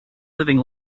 living